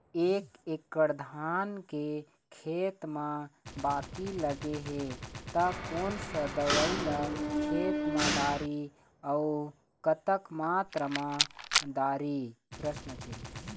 एक एकड़ धान के खेत मा बाकी लगे हे ता कोन सा दवई ला खेत मा डारी अऊ कतक मात्रा मा दारी?